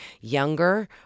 younger